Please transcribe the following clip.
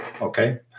okay